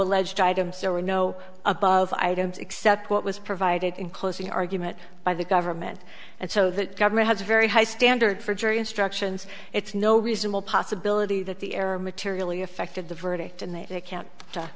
alleged items there were no above items except what was provided in closing argument by the government and so the government has a very high standard for jury instructions it's no reasonable possibility that the error materially affected the verdict and they can't to